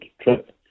trip